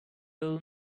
old